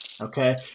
Okay